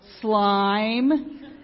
Slime